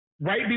Right